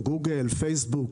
גוגל, פייסבוק,